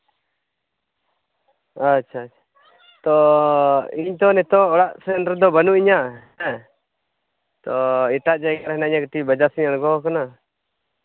ᱟᱪᱪᱷᱟ ᱪᱷᱟ ᱛᱚ ᱤᱧ ᱛᱚ ᱱᱤᱛᱳᱜ ᱚᱲᱟᱜ ᱥᱮᱱ ᱨᱮᱫᱚ ᱵᱟᱹᱱᱩᱜ ᱤᱧᱟᱹ ᱦᱮᱸ ᱛᱚ ᱮᱴᱟᱜ ᱡᱟᱭᱜᱟ ᱨᱮ ᱦᱤᱱᱟᱹᱧᱟ ᱠᱟᱹᱴᱤᱡ ᱵᱟᱡᱟᱨ ᱥᱮᱡ ᱤᱧ ᱟᱬᱜᱚᱣᱟᱠᱟᱱᱟ